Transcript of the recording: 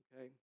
Okay